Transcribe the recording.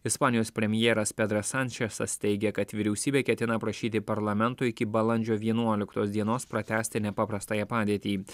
ispanijos premjeras petras sančesas teigia kad vyriausybė ketina prašyti parlamento iki balandžio vienuoliktos dienos pratęsti nepaprastąją padėtį